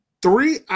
Three